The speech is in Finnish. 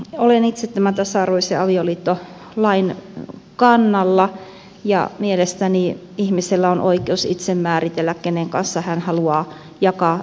olen itse tämän tasa arvoisen avioliittolain kannalla ja mielestäni ihmisellä on oikeus itse määritellä kenen kanssa hän haluaa jakaa elämänsä